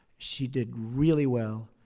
she did really well.